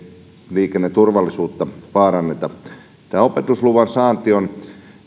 liikenneturvallisuutta vaaranna opetusluvan saanti on